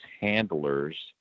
handlers